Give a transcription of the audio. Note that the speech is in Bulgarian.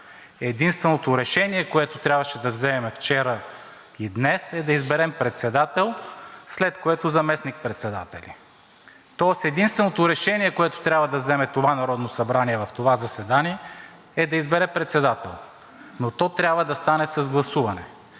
Единственото решение, което трябваше да вземем вчера и днес, е да изберем председател, след което заместник-председатели. Тоест единственото решение, което трябва да вземе това Народно събрание на това заседание, е да избере председател, но то трябва да стане с гласуване.